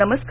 नमस्कार